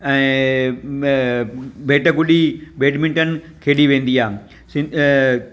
ऐं भेट ॻुडी बेडमिंटन खेॾी वेंदी आहे सि